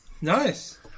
Nice